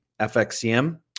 FXCM